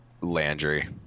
landry